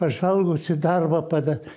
pažvelgus į darbą pada